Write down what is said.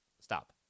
Stop